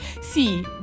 See